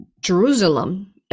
Jerusalem